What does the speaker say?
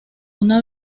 una